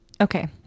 Okay